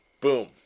boom